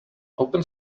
open